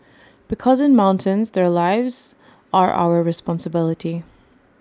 because in the mountains their lives are our responsibility